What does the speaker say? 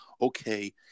okay